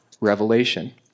revelation